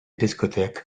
discotheque